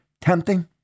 tempting